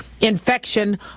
infection